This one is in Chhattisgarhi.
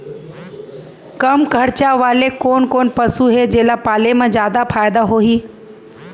कम खरचा वाले कोन कोन पसु हे जेला पाले म जादा फायदा होही?